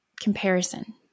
comparison